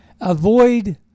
avoid